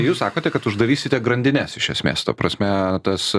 jūs sakote kad uždarysite grandines iš esmės ta prasme tas